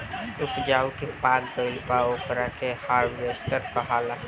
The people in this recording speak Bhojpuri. ऊपज के पाक गईला के बाद ओकरा काटे ला जवन औजार होला ओकरा के हार्वेस्टर कहाला